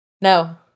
No